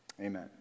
Amen